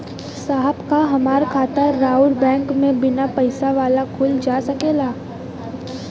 साहब का हमार खाता राऊर बैंक में बीना पैसा वाला खुल जा सकेला?